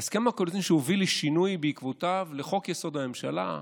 ההסכם הקואליציוני הוביל לשינוי בעקבותיו בחוק-יסוד: הממשלה,